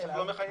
זה לא מחייב.